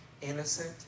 innocent